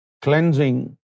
Cleansing